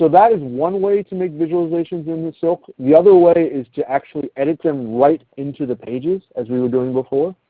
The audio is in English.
that is one way to make visualizations in silk. the other way is to actually edit them right into the pages as we were doing before.